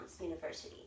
University